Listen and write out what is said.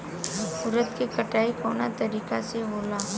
उरद के कटाई कवना तरीका से होला?